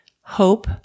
hope